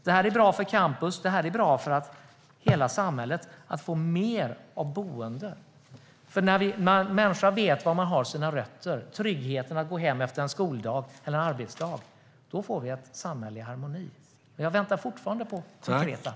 Det är bra för campus, och det är bra för hela samhället att få mer av boende, för när en människa vet var hon har sina rötter och tryggheten i att gå hem efter en skoldag eller en arbetsdag, då får vi ett samhälle i harmoni. Jag väntar fortfarande på konkreta förslag.